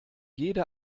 jede